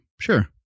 Sure